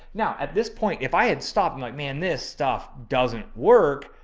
now at this point, if i had stopped, i'm like, man, this stuff doesn't work.